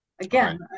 Again